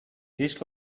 this